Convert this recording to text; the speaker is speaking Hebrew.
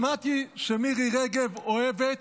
שמעתי שמירי רגב אוהבת